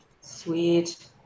Sweet